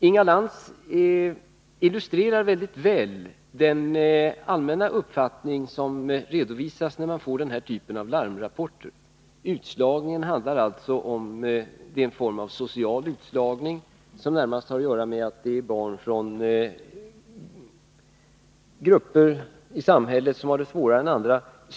Inga Lantz illustrerar väldigt väl den allmänna uppfattning som redovisas när man får den här typen av larmrapporter. Utslagningen handlar närmast om en form av social utslagning, som mer eller mindre drabbar barn från grupper i samhället som har det svårare än andra.